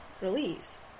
release